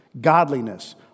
godliness